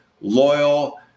loyal